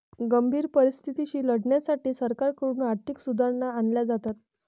गंभीर परिस्थितीशी लढण्यासाठी सरकारकडून आर्थिक सुधारणा आणल्या जातात